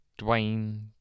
Dwayne